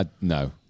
no